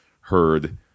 heard